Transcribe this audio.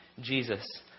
Jesus